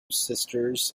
sisters